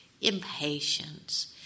impatience